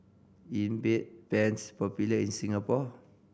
is Bedpans popular in Singapore